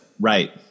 Right